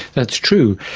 that's true.